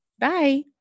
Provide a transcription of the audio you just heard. Bye